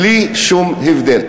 בלי שום הבדל.